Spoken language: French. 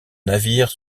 navire